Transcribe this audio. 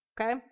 Okay